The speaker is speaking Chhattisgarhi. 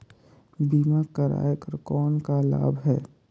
बीमा कराय कर कौन का लाभ है?